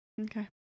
Okay